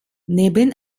neben